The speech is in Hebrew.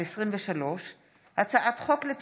פ/2554/23 וכלה בהצעת חוק פ/2605/23: הצעת חוק